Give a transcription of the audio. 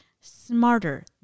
smarter